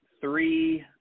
three